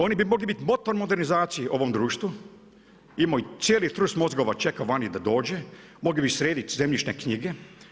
Oni bi mogli biti motor modernizacije ovom društvu, imaj cijeli … mozgova čeka vani da dođe, mogli bi sredit zemljišne knjige.